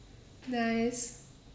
nice